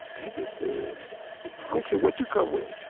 they just said, i don't care what you come with,